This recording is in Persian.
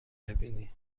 ببینی